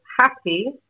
happy